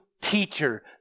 teacher